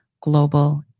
global